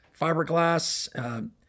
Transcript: fiberglass –